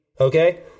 okay